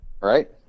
Right